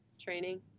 training